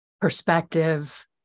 perspective